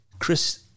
Chris